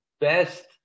best